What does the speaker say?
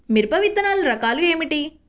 మిరప విత్తనాల రకాలు ఏమిటి?